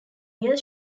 year